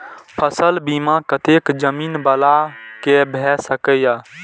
फसल बीमा कतेक जमीन वाला के भ सकेया?